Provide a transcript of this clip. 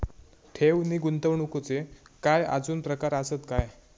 ठेव नी गुंतवणूकचे काय आजुन प्रकार आसत काय?